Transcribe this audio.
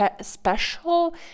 special